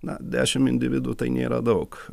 na dešimt individų tai nėra daug